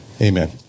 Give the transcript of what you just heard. amen